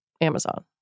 Amazon